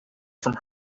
from